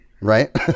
right